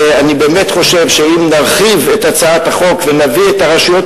אני באמת חושב שאם נרחיב את הצעת החוק ונביא את הרשויות